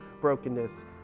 brokenness